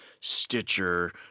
Stitcher